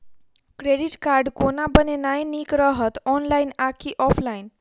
Credit card कोना बनेनाय नीक रहत? ऑनलाइन आ की ऑफलाइन?